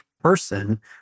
person